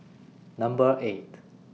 Number eight